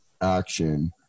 action